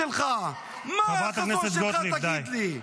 חברת הכנסת גוטליב, די.